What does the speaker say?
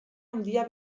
handia